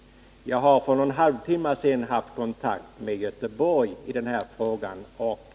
Jag har för någon halvtimma sedan haft kontakt med Göteborg i den här frågan.